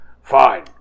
Fine